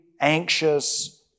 anxious